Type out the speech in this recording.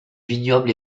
vignoble